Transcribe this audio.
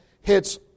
hits